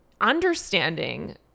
Understanding